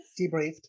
debriefed